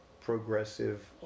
progressive